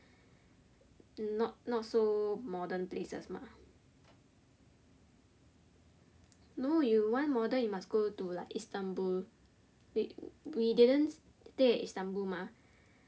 not not so modern places mah no you want modern you must go to like Istanbul we we didn't stay at Istanbul mah